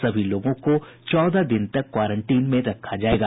सभी लोगों को चौदह दिन तक क्वारंटीन में रखा जाएगा